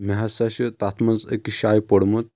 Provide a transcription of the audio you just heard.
مےٚ ہسا چھِ تتھ منٛز أکِس جایہِ پوٚرمُت